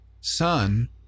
son